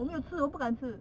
我没有吃我不敢吃